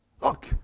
Look